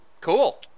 cool